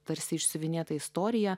tarsi išsiuvinėta istorija